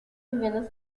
viviendas